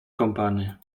kąpany